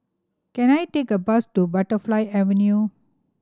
can I take a bus to Butterfly Avenue